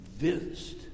convinced